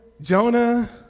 Jonah